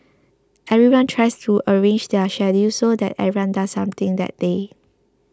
everyone tries to arrange their schedules so that everyone does something that day